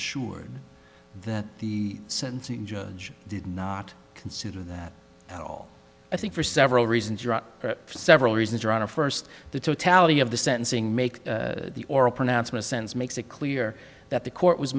assured that the sentencing judge did not consider that at all i think for several reasons for several reasons your honor first the totality of the sentencing make the oral pronouncement sense makes it clear that the court was